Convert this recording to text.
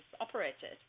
operated